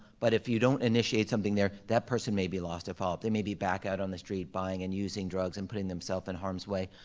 but if you don't initiate something there, that person may be lost at follow-up. they maybe be back out on the street, buying and using drugs and putting themself in harm's way.